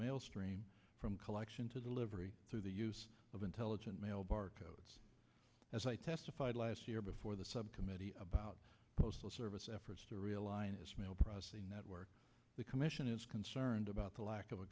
mail stream from collection to delivery through the use of intelligent mail barcode as i testified last year before the subcommittee about postal service efforts to realign mail processing network the commission is concerned about the lack of a